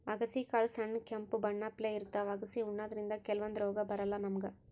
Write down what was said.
ಅಗಸಿ ಕಾಳ್ ಸಣ್ಣ್ ಕೆಂಪ್ ಬಣ್ಣಪ್ಲೆ ಇರ್ತವ್ ಅಗಸಿ ಉಣಾದ್ರಿನ್ದ ಕೆಲವಂದ್ ರೋಗ್ ಬರಲ್ಲಾ ನಮ್ಗ್